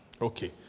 Okay